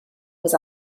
was